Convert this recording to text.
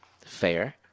Fair